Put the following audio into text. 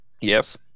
Yes